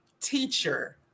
teacher